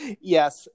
Yes